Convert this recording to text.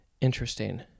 interesting